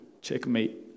checkmate